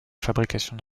fabrication